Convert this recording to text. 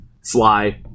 Sly